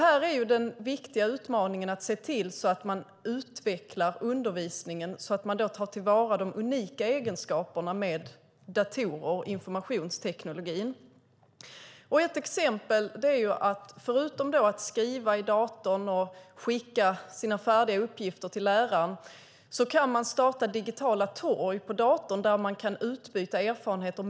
Här är den viktiga utmaningen, att se till att man utvecklar undervisningen så att man tar till vara de unika egenskaperna med datorer, informationstekniken. Ett exempel är att man förutom att skriva i datorn och skicka sina färdiga uppgifter till läraren kan starta digitala torg på datorn där elever kan utbyta erfarenheter.